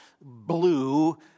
blue